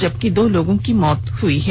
जबकि दो लोगों की मौत हई है